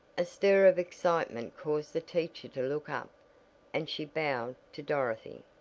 a stir of excitement caused the teacher to look up and she bowed to dorothy.